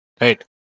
Right